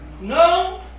No